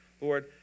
Lord